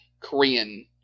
Korean